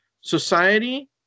Society